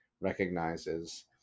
recognizes